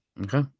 okay